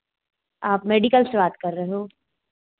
आप मेडिकल से बात कर रहे हो